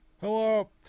Hello